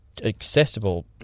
accessible